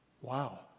Wow